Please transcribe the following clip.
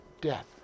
death